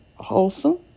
wholesome